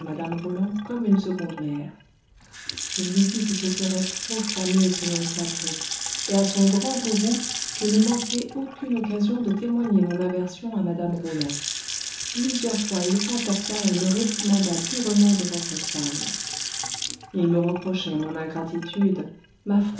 mme roland comme une seconde mère je lui dis que ce serait profaner ce nom sacré et à son grand courroux je ne manquai aucune occasion de témoigner mon aversion à mme roland plusieurs fois il s'emporta et me réprimanda durement devant cette femme il me reprochait mon ingratitude ma